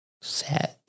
Sad